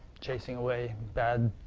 chasing away bad,